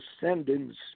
descendants